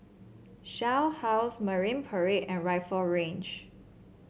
Shell House Marine Parade and Rifle Range